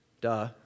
duh